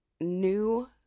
new